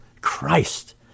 Christ